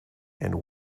and